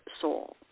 soul